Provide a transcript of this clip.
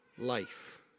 life